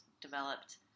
developed